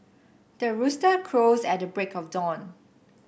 the rooster crows at the break of dawn